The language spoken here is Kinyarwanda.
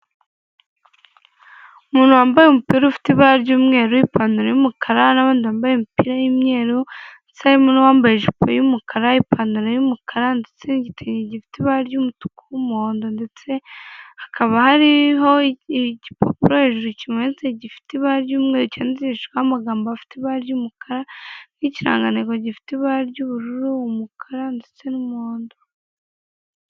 Umuntu wambaye umupira ufite ibara ry'umweru n'ipantaro y'umukara, n'abandi bambaye imipira y'imyeru ndetse harimo n'uwambaye ijipo y'umukara, ipantaro y'umukara ndetse igitenge gifite ibara ry'umutuku, umuhondo ndetse hakaba hariho igipapuro hejuru kimanitse gifite ibara ry'umweru cyandikishijweho amagambo afite ibara ry'umukara, n'ikirangantego gifite ibara ry'ubururu, umukara ndetse n'umuhondo.